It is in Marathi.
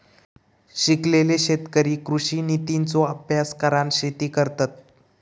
शिकलेले शेतकरी कृषि नितींचो अभ्यास करान शेती करतत